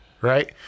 right